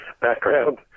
background